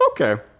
okay